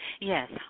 Yes